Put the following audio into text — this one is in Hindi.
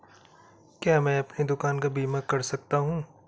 क्या मैं अपनी दुकान का बीमा कर सकता हूँ?